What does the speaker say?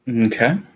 Okay